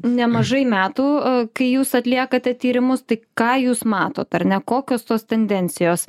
nemažai metų kai jūs atliekate tyrimus tai ką jūs matot ar ne kokios tos tendencijos